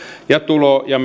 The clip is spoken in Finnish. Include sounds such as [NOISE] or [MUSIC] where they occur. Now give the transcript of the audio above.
ja tulojen ja [UNINTELLIGIBLE]